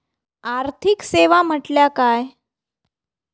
आर्थिक सेवा म्हटल्या काय?